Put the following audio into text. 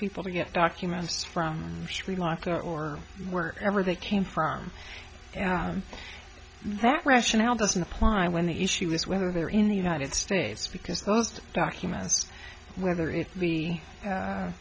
people to get documents from sri lanka or where ever they came from that rationale doesn't apply when the issue is whether they're in the united states because most documents whether it be